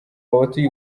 abatuye